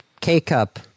K-Cup